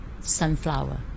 sunflower